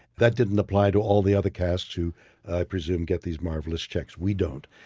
that didn't apply to all the other casts, who i presume get these marvelous checks. we don't.